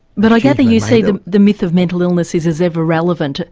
but i gather you see the the myth of mental illness is as ever relevant, ah